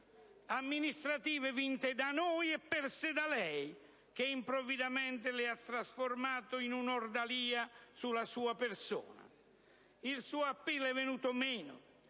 amministrative vinte da noi e perse da lei, che improvvidamente le ha trasformate in una ordalia sulla sua persona. Il suo *appeal* è venuto meno,